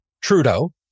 Trudeau